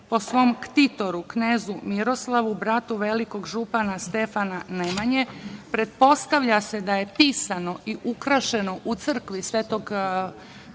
po svom ktitoru knezu Miroslavu, bratu velikog župana Stefana Nemanje, pretpostavlja se da je pisano i ukrašeno u crkvi Svetog Petra